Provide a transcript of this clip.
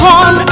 on